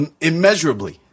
immeasurably